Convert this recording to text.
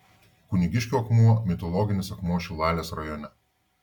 kunigiškių akmuo mitologinis akmuo šilalės rajone